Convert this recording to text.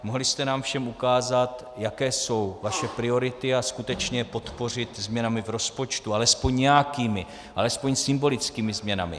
Mohli jste nám všem ukázat, jaké jsou vaše priority, a skutečně je podpořit změnami v rozpočtu, alespoň nějakými, alespoň symbolickými změnami.